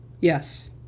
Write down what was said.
Yes